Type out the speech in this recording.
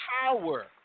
power